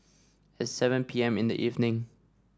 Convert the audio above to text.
at seven P M in the evening